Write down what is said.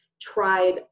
tried